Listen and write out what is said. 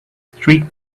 street